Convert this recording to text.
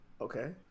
Okay